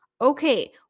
Okay